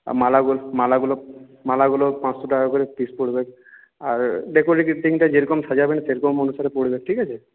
আর মালাগুলো মালাগুলো মালাগুলো পাঁচশো টাকা করে পিস পড়বে আর ডেকরেটিভ থিমটা যেইরকম সাজাবেন সেইরকম অনুসারে পড়বে ঠিক আছে